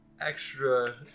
extra